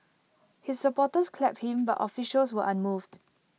his supporters clapped him but officials were unmoved